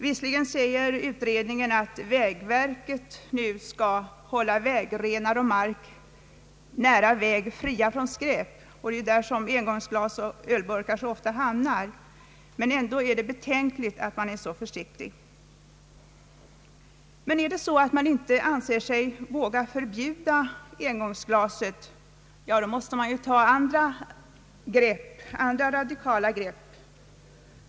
Visserligen säger utredningen att vägverket nu skall hålla vägrenar och mark nära väg fria från skräp och det är där engångsglas och ölburkar ofta hamnar, men det är ändå betänkligt att man är så försiktig. Men om det är så att man inte vågar förbjuda engångsglasen måste man ta andra radikala grepp.